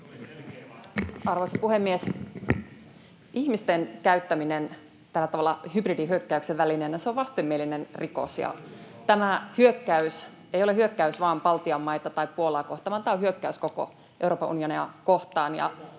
Arvoisa puhemies! Ihmisten käyttäminen tällä tavalla hybridihyökkäyksen välineenä on vastenmielinen rikos, [Oikealta: Kyllä!] ja tämä hyökkäys ei ole hyökkäys vain Baltian maita tai Puolaa kohtaan, vaan tämä on hyökkäys koko Euroopan unionia kohtaan.